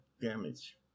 damage